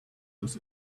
this